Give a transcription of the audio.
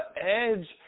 edge